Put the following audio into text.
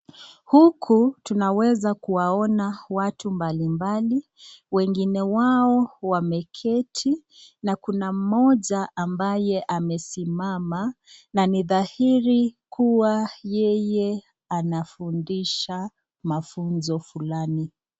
Huku tunaweza kuona watu mbali mbali, wengine wao wakiwa waneketi na kuna mmoja ambaye amesimama na ni dhahiri kuwa yeye anafundisha mafunzo fulani.